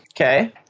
Okay